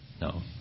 no